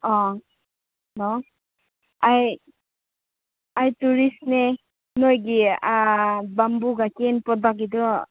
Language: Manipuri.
ꯍꯜꯂꯣ ꯑꯩ ꯑꯩ ꯇꯨꯔꯤꯁꯅꯦ ꯅꯣꯏꯒꯤ ꯕꯦꯝꯕꯨꯒ ꯀꯦꯟ ꯄ꯭ꯔꯗꯛꯀꯤꯗꯣ